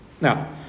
Now